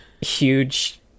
huge